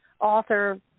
author